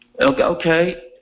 okay